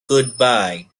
goodbye